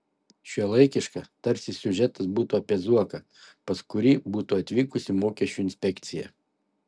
šiuolaikiška tarsi siužetas būtų apie zuoką pas kurį būtų atvykusi mokesčių inspekcija